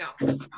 No